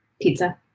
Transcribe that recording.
pizza